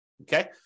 okay